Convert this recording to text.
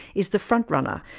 is the front runner,